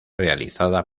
realizada